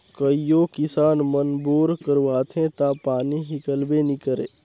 कइयो किसान मन बोर करवाथे ता पानी हिकलबे नी करे